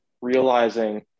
realizing